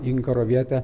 inkaro vietą